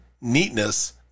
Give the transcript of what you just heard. Neatness